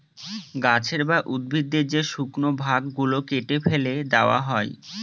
গাছের বা উদ্ভিদের যে শুকনো ভাগ গুলো কেটে ফেলে দেওয়া হয়